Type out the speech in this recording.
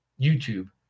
youtube